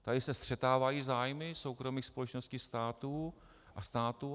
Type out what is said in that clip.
Tady se střetávají zájmy soukromých společností a státu.